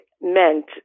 meant